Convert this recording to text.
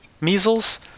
measles